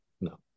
No